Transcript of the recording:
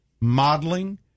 modeling